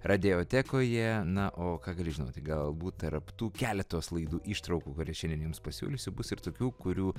radiotekoje na o ką gali žinoti galbūt tarp tų keletos laidų ištraukų kurias šiandien jums pasiūlysiu bus ir tokių kurių